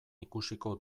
ikusiko